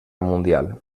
mundial